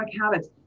Habits